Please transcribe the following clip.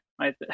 right